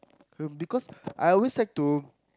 um because I always like to